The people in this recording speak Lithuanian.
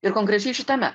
ir konkrečiai šitame